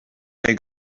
they